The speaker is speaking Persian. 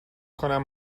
کنم